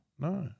No